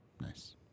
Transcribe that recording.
Nice